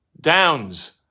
Downs